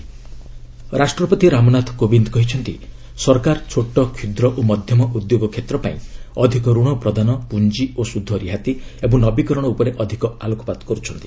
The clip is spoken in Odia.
ପ୍ରେସିଡେଣ୍ଟ ରାଷ୍ଟ୍ରପତି ରାମନାଥ କୋବିନ୍ଦ୍ କହିଛନ୍ତି ସରକାର ଛୋଟ କ୍ଷୁଦ୍ର ଓ ମଧ୍ୟମ ଉଦ୍ୟୋଗ କ୍ଷେତ୍ରପାଇଁ ଅଧିକ ଋଣ ପ୍ରଦାନ ପୁଞ୍ଜି ଓ ସୁଧ ରିହାତି ଏବଂ ନବୀକରଣ ଉପରେ ଅଧିକ ଆଲୋକପାତ କରୁଛନ୍ତି